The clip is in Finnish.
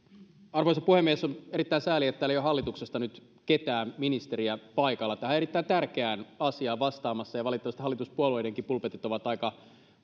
arvoisa puhemies erittäin sääli että täällä ei ole hallituksesta nyt ketään ministeriä paikalla tähän erittäin tärkeään asiaan vastaamassa ja valitettavasti hallituspuolueidenkin pulpetit ovat aika